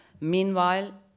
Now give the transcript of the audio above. Meanwhile